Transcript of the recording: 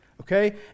Okay